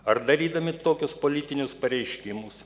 ar darydami tokius politinius pareiškimus